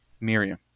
Miriam